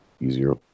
easier